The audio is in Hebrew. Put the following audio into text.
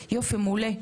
מעולה.